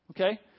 Okay